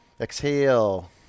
Exhale